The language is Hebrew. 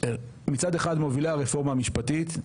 מצד אחד מובילי הרפורמה המשפטית,